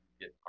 get